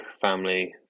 family